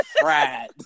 fried